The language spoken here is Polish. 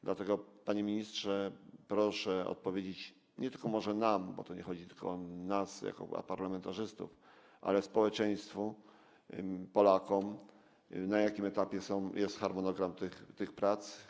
Dlatego, panie ministrze, proszę odpowiedzieć, nie tylko nam, bo nie chodzi tylko o nas, parlamentarzystów, ale społeczeństwu, Polakom, na jakim etapie jest harmonogram tych prac.